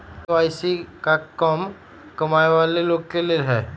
KYC का कम कमाये वाला लोग के लेल है?